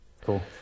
Cool